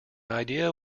idea